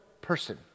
person